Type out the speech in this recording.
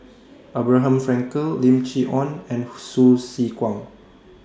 Abraham Frankel Lim Chee Onn and Hsu Tse Kwang